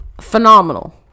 phenomenal